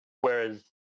Whereas